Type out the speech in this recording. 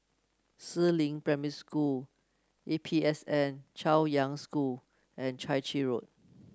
Si Ling Primary School A P S N Chaoyang School and Chai Chee Road